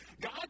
God